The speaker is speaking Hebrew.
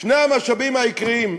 שני המשאבים העיקריים,